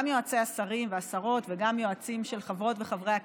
גם יועצי השרים והשרות וגם יועצים של חברות וחברי הכנסת,